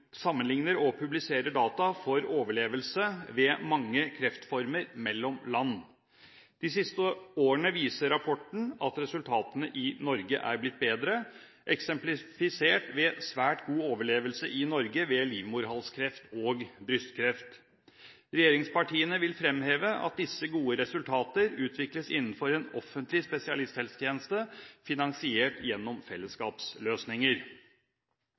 sammenligner og publiserer data for overlevelse ved mange kreftformer mellom land. De siste årene viser rapporten at resultatene i Norge er blitt bedre – eksemplifisert ved svært god overlevelse i Norge ved livmorhalskreft og brystkreft. Regjeringspartiene vil fremheve at disse gode resultater utvikles innenfor en offentlig spesialisthelsetjeneste finansiert gjennom fellesskapsløsninger.